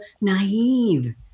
naive